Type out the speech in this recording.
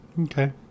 Okay